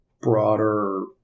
broader